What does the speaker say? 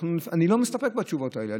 אני לא מסתפק בתשובות האלה.